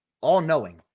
all-knowing